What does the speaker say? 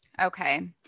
Okay